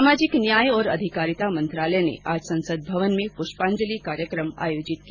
सामाजिक न्याय और आधिकारिता मंत्रालय ने आज संसद भवन में पुष्पांजलि कार्यक्रम आयोजित किया